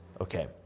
Okay